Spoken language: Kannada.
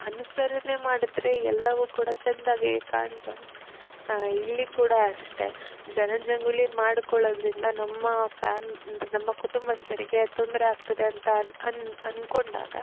ಅನುಸರಣೆ ಮಾಡಿದ್ರೆ ಎಲ್ಲವೂ ಕೂಡ ಚೆಂದಾಗೇ ಕಾಣ್ತವೆ ಇಲ್ಲಿ ಕೂಡ ಅಷ್ಟೇ ಜನಜಂಗುಳಿ ಮಾಡ್ಕೊಳ್ಳೋದರಿಂದ ನಮ್ಮ ಫ್ಯಾಮ್ ಅಂದರೆ ನಮ್ಮ ಕುಟುಂಬಸ್ಥರಿಗೆ ತೊಂದರೆ ಆಗ್ತದೆ ಅಂತ ಅನ್ ಅನ್ ಅಂದ್ಕೊಂಡಾಗ